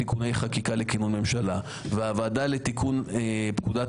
תיקוני חקיקה לכינון ממשלה והוועדה לתיקון פקודת